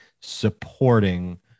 supporting